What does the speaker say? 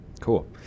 Cool